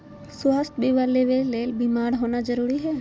स्वास्थ्य बीमा लेबे ले बीमार होना जरूरी हय?